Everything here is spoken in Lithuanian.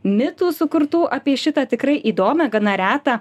mitų sukurtų apie šitą tikrai įdomią gana retą